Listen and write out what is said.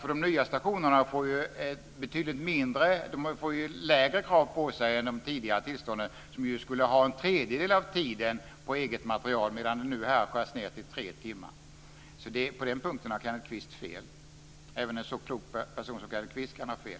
De nya stationerna får lägre krav på sig än vad som har gällt i fråga om de tidigare tillstånden. Då skulle man ju ha eget material en tredjedel av tiden. Nu skärs det ned till tre timmar. På den punkten har alltså Kenneth Kvist fel. Även en så klok person som Kenneth Kvist kan ha fel.